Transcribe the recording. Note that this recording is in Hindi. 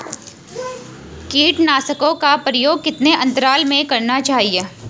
कीटनाशकों का प्रयोग कितने अंतराल में करना चाहिए?